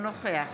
אינו נוכח